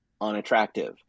unattractive